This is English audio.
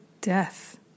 death